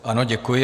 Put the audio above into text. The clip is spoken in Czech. Ano, děkuji.